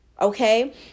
Okay